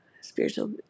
spiritual